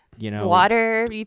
Water